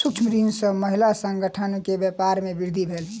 सूक्ष्म ऋण सॅ महिला संगठन के व्यापार में वृद्धि भेल